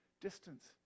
distance